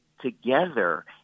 together